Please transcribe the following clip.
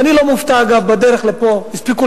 ואני לא מופתע: גם בדרך לפה הספיקו